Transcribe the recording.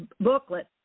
booklet